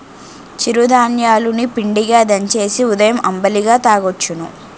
చిరు ధాన్యాలు ని పిండిగా దంచేసి ఉదయం అంబలిగా తాగొచ్చును